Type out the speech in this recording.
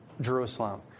Jerusalem